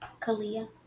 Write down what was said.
Kalia